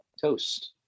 Toast